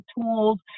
tools